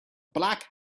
black